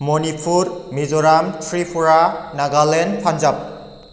Manipur Mizoram Tripura Nagaland Punjab